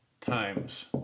times